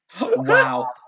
wow